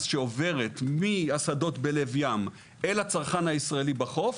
שעוברת מהשדות בלב ים אל הצרכן הישראלי בחוף,